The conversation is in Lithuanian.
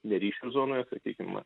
ne ryšio zonoje sakykim